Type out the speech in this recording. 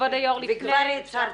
כבוד היושבת-ראש,